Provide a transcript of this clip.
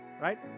Right